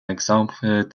exemple